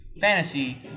Fantasy